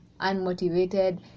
unmotivated